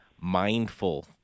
mindful